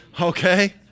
okay